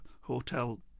hotel